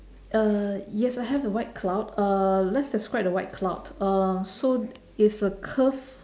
uh yes I have the white cloud uh let's describe the white cloud uh so it's a curve